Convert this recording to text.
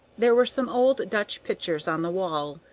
there were some old dutch pictures on the wall,